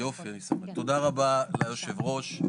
תודה רבה ליושבת הראש.